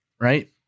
right